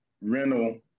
rental